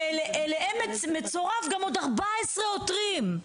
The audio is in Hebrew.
ואליהם מצורפים גם עוד 14 עותרים,